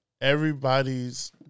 everybody's